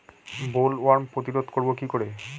Bollworm প্রতিরোধ করব কি করে?